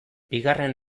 bigarren